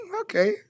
okay